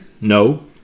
No